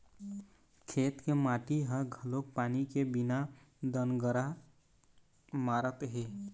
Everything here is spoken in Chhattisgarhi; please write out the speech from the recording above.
खेत के माटी ह घलोक पानी के बिना दनगरा मारत हे